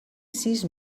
sis